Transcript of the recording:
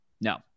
no